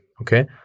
okay